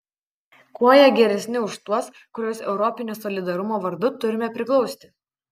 kuo jie geresni už tuos kuriuos europinio solidarumo vardu turime priglausti